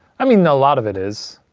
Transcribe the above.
i mean, a lot of it is,